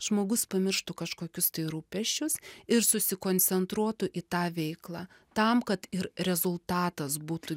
žmogus pamirštų kažkokius tai rūpesčius ir susikoncentruotų į tą veiklą tam kad ir rezultatas būtų